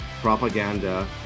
propaganda